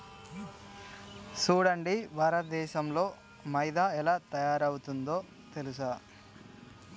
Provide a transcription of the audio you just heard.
సూడండి భారతదేసంలో మైదా ఎలా తయారవుతుందో తెలుసా